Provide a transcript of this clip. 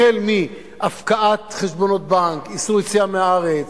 החל בהפקעת חשבונות בנק, איסור יציאה מהארץ,